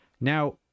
now